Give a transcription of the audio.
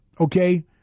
okay